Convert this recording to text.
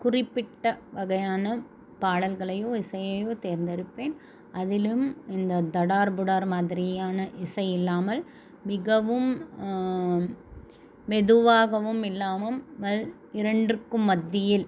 குறிப்பிட்ட வகையான பாடல்களையோ இசையையோ தேர்ந்தெடுப்பேன் அதிலும் இந்த தடார் புடார் மாதிரியான இசை இல்லாமல் மிகவும் மெதுவாகவும் இல்லாமல் மெல் இரண்டிற்கும் மத்தியில்